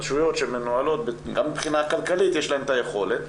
רשויות שמנוהלות וגם מבחינה כלכלית יש להן את היכולת.